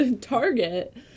target